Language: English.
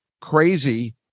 crazy